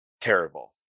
terrible